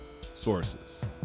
sources